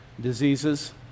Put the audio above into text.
diseases